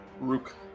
Rook